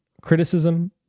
criticism